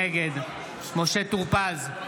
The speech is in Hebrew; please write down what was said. נגד משה טור פז,